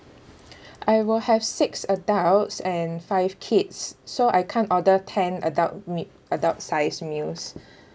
I will have six adults and five kids so I can't order ten adult mea~ adult size meals